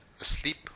asleep